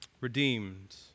Redeemed